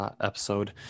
episode